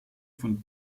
von